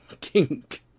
kink